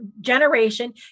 generation